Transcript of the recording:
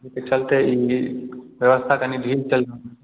जाहिके चलते ई व्यवस्था कनि ढील चलि रहल छै